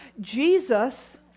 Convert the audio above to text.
Jesus